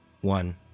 one